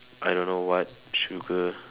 I don't know what sugar